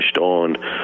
on